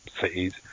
cities